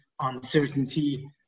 uncertainty